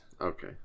Okay